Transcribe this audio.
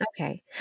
Okay